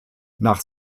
nach